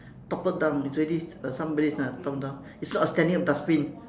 toppled down it's already uh somebody is uh toppled down it's not a standing up dustbin